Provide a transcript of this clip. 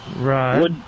Right